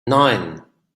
nine